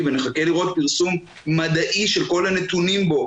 ונחכה לראות פרסום מדעי של כל הנתונים בו,